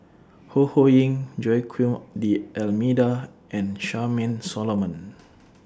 Ho Ho Ying Joaquim D'almeida and Charmaine Solomon